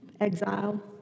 exile